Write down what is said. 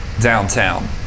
downtown